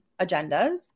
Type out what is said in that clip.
agendas